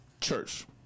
Church